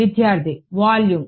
విద్యార్థి వాల్యూమ్